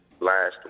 last